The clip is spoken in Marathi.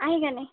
आहे का नाही